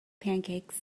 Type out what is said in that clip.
pancakes